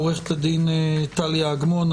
עו"ד טליה אגמון,